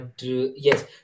yes